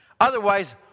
Otherwise